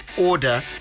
order